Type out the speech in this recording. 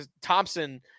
Thompson